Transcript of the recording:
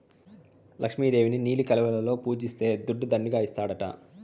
లక్ష్మి దేవిని నీలి కలువలలో పూజిస్తే దుడ్డు దండిగా ఇస్తాడట